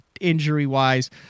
injury-wise